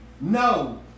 No